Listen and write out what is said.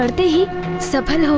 the serpent